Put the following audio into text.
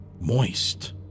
moist